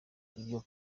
ibyo